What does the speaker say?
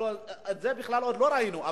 את זה בכלל עוד לא ראינו.